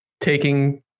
taking